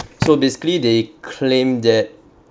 so basically they claim that